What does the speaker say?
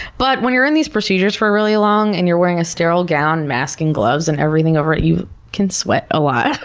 but when you're in these procedures for really long and you're wearing a sterile gown and mask and gloves and everything over it, you can sweat a lot.